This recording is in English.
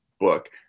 book